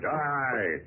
die